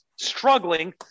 struggling